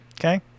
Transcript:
Okay